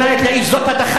זאת הדחה.